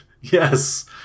yes